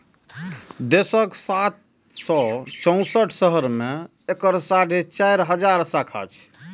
देशक सात सय चौंसठ शहर मे एकर साढ़े चारि हजार शाखा छै